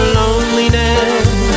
loneliness